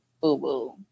boo-boo